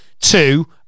Two